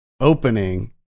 opening